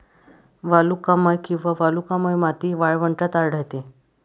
वालुकामय किंवा वालुकामय माती वाळवंटात आढळते